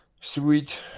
sweet